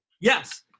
Yes